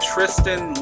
Tristan